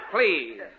Please